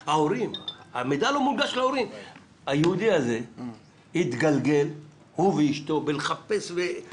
תקשיבי, הלוואי שאני מתפרץ לדלת פתוחה ואין בעיה.